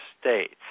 states